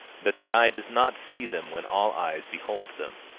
that the eye does not see them when all eyes behold them.